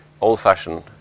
old-fashioned